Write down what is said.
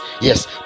yes